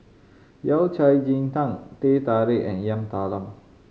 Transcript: Yao Cai ji tang Teh Tarik and Yam Talam